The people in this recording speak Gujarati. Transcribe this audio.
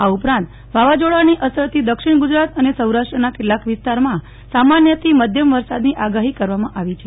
આ ઉપરાંત દક્ષિણ ગુજરાત અને સૌરાષ્ટ્રના કેટલાક વિસ્તારમાં સામાન્યથી મધ્યમ વરસાદની આગાહી કરવામાં આવી છે